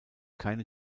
keine